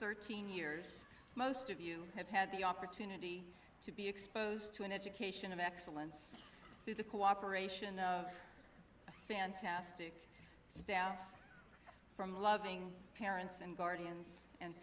thirteen years most of you have had the opportunity to be exposed to an education of excellence through the cooperation of fantastic staff from loving parents and guardian